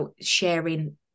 sharing